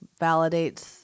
validates